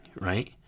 right